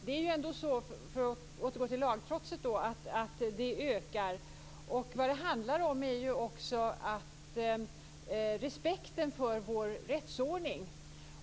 För att återgå till lagtrotset är det ändå så att det ökar. Det handlar också om respekten för vår rättsordning.